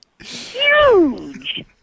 Huge